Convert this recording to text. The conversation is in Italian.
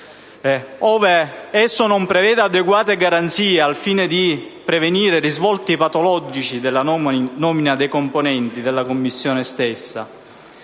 ove esso non prevede adeguate garanzie, al fine di prevenire risvolti patologici nella nomina dei componenti della Commissione stessa.